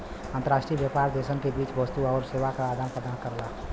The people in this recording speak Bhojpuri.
अंतर्राष्ट्रीय व्यापार देशन के बीच वस्तु आउर सेवा क आदान प्रदान हौ